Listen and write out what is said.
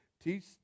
Teach